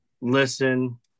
listen